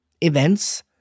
events